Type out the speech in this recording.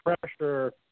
pressure